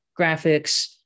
graphics